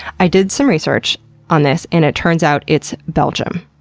i did some research on this, and it turns out, it's belgium.